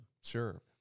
Sure